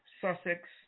Sussex